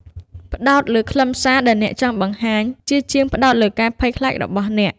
ផ្តោតលើខ្លឹមសារដែលអ្នកចង់បង្ហាញ ជាជាងផ្តោតលើការភ័យខ្លាចរបស់អ្នក។